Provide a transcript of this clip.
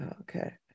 Okay